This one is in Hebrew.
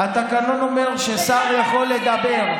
התקנון אומר ששר יכול לדבר,